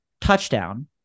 touchdown